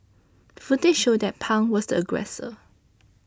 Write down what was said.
footage showed that Pang was the aggressor